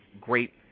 great